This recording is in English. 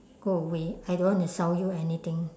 go away I don't want to sell you anything